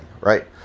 right